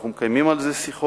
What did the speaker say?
ואנחנו מקיימים על זה שיחות.